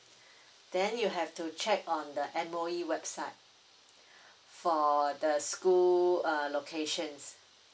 then you have to check on the M_O_E website for the school err locations